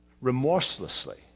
remorselessly